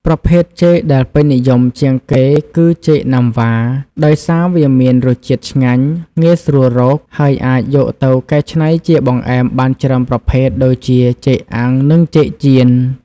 ប្រភេទចេកដែលពេញនិយមជាងគេគឺ ចេកណាំវ៉ា ដោយសារវាមានរសជាតិឆ្ងាញ់ ងាយស្រួលរក ហើយអាចយកទៅកែច្នៃជាបង្អែមបានច្រើនប្រភេទ ដូចជា ចេកអាំង និង ចេកចៀន។